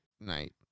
night